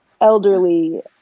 elderly